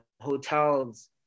hotels